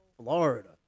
Florida